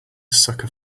sucker